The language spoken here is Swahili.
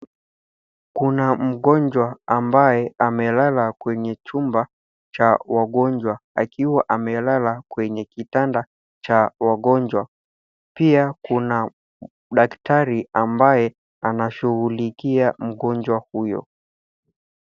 Kuna mgonjwa ambaye amelala kwenye chumba cha wagonjwa akiwa amelala kwenye kitanda cha wagonjwa pia kuna daktari ambaye anashughulikia mgonjwa huyo.